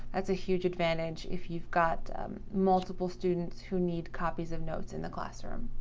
that's a huge advantage if you've got multiple students who needs copies of notes in the classroom.